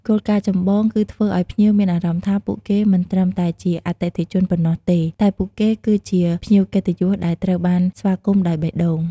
គោលដៅចម្បងគឺធ្វើឲ្យភ្ញៀវមានអារម្មណ៍ថា ពួកគេមិនត្រឹមតែជាអតិថិជនប៉ុណ្ណោះទេ តែពួកគេគឺជាភ្ញៀវកិត្តិយសដែលត្រូវបានស្វាគមន៍ដោយបេះដូង។